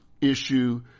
issue